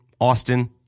Austin